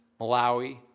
Malawi